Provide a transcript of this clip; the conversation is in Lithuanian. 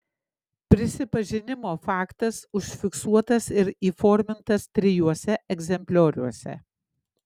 prisipažinimo faktas užfiksuotas ir įformintas trijuose egzemplioriuose